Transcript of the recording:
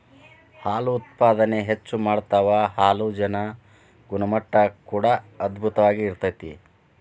ಹಾಲು ಉತ್ಪಾದನೆ ಹೆಚ್ಚ ಮಾಡತಾವ ಹಾಲಜನ ಗುಣಮಟ್ಟಾ ಕೂಡಾ ಅಧ್ಬುತವಾಗಿ ಇರತತಿ